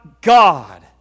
God